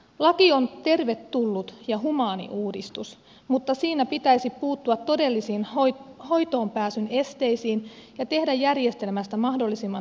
laki on tervetullut ja humaani uudistus mutta siinä pitäisi puuttua todellisiin hoitoonpääsyn esteisiin ja tehdä järjestelmästä mahdollisimman helppokäyttöinen